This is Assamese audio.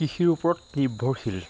কৃষিৰ ওপৰত নিৰ্ভৰশীল